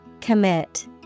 Commit